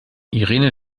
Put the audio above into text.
irene